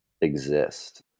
exist